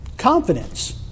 confidence